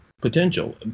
potential